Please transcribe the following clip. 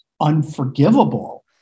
unforgivable